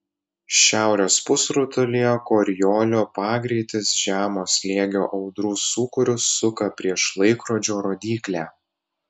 šiaurės pusrutulyje koriolio pagreitis žemo slėgio audrų sūkurius suka prieš laikrodžio rodyklę